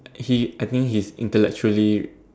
he I think he is intellectually